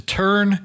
turn